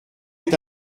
est